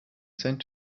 sent